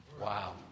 Wow